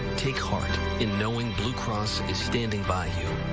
take heart in knowing blue cross is standing by you.